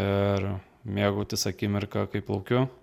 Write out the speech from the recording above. ir mėgautis akimirka kai plaukiu